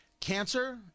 Cancer